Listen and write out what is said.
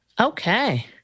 Okay